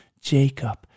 Jacob